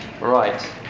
Right